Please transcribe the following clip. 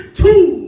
two